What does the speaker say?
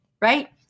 right